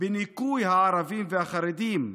"בניכוי הערבים והחרדים",